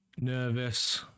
nervous